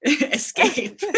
escape